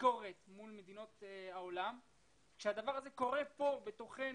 ביקורת על מדינות העולם כשהדבר הזה קורה פה בתוכנו,